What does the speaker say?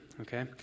okay